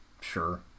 sure